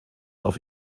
auf